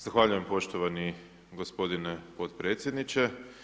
Zahvaljujem poštovani gospodine potpredsjedniče.